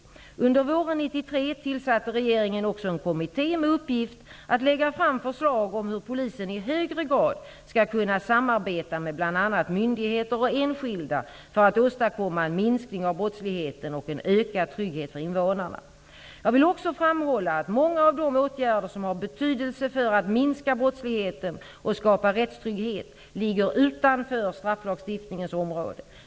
Under våren 1993 tillsatte regeringen också en kommitté med uppgift att lägga fram förslag om hur polisen i högre grad skall kunna samarbeta med bl.a. myndigheter och enskilda för att åstadkomma en minskning av brottsligheten och en ökad trygghet för invånarna. Jag vill också framhålla att många av de åtgärder som har betydelse för att minska brottsligheten och skapa rättstrygghet ligger utanför strafflagstiftningens område.